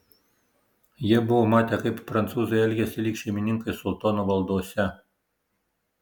jie buvo matę kaip prancūzai elgiasi lyg šeimininkai sultono valdose